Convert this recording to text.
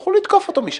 תוכלו לתקוף אותו משם.